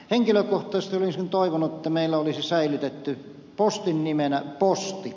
henkilökohtaisesti olisin toivonut että meillä olisi säilytetty postin nimenä posti